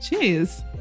Cheers